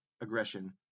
aggression